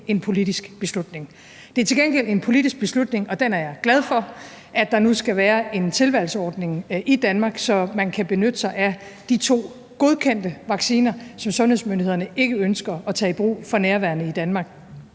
en politisk beslutning. Det er til gengæld en politisk beslutning, og den er jeg glad for, at der nu skal være en tilvalgsordning i Danmark, så man kan benytte sig af de to godkendte vacciner, som sundhedsmyndighederne ikke ønsker at tage i brug for nærværende i Danmark.